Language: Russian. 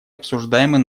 обсуждаемый